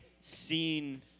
seen